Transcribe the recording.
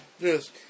Yes